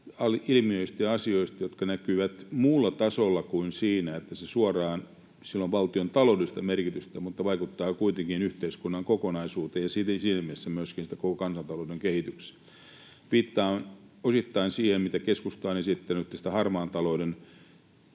näissä vaihtoehtobudjeteissa osittain muulla tasolla kuin siinä, että niillä on valtiolle suoraa taloudellista merkitystä: ne vaikuttavat kuitenkin yhteiskunnan kokonaisuuteen ja siinä mielessä myöskin sitten koko kansantalouden kehitykseen. Viittaan osittain siihen, mitä keskusta on esittänyt tästä harmaan talouden